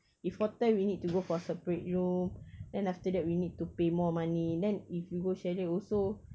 if hotel we need to go for separate room then after that we need to pay more money then if you go chalet also